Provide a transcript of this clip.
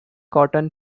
cotton